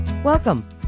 Welcome